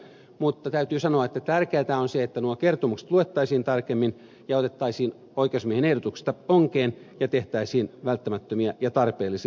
mutta täytyy sanoa että tärkeätä on se että nuo kertomukset luettaisiin tarkemmin ja otettaisiin oikeusasiamiehen ehdotuksista onkeen ja tehtäisiin välttämättömiä ja tarpeellisia muutoksia